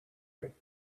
you